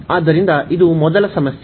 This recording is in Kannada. ಆದ್ದರಿಂದ ಇದು ಮೊದಲ ಸಮಸ್ಯೆ